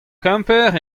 kemper